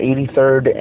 83rd